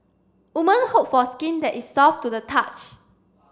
woman hope for skin that is soft to the touch